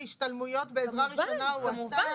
השתלמויות בעזרה ראשונה הוא עשה -- בטח,